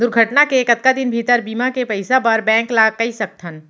दुर्घटना के कतका दिन भीतर बीमा के पइसा बर बैंक ल कई सकथन?